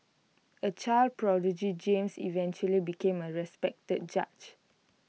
A child prodigy James eventually became A respected judge